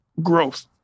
growth